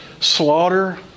slaughter